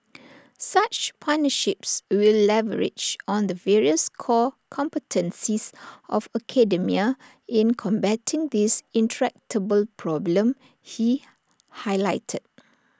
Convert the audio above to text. such partnerships will leverage on the various core competencies of academia in combating this intractable problem he highlighted